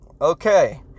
okay